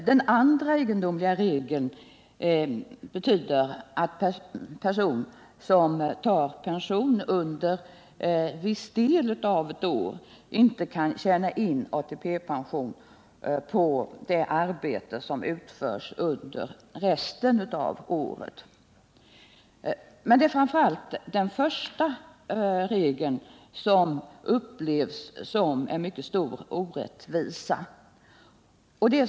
Den andra egendomliga regeln innebär att person som tar pension under viss del av ett år inte kan tjäna in ATP-poäng på det arbete som utförts under övrig del av året. Det är emellertid framför allt den förstnämnda regeln som upplevs som mycket orättvis.